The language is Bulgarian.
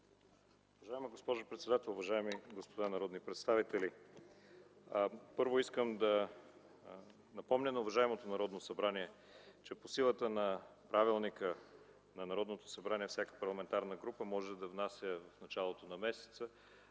Уважаема госпожо председател, уважаеми господа народни представители! Първо, искам да напомня на уважаемото Народно събрание, че по силата на Правилника за организацията и дейността на Народното събрание всяка парламентарна група може да внася в началото на месеца